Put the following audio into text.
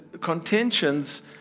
contentions